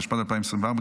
התשפ"ג 2024,